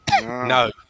No